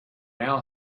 now